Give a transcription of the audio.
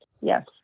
yes